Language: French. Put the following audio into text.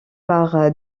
par